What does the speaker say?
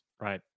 Right